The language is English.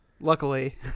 luckily